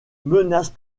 menace